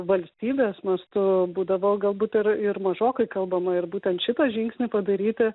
valstybės mastu būdavo galbūt ir ir mažokai kalbama ir būtent šitą žingsnį padaryti